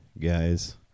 guys